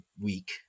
week